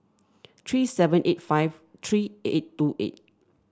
three seven eight five three eight two eight